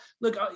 look